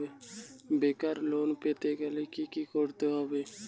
বেকার লোন পেতে গেলে কি করতে হবে?